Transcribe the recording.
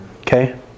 Okay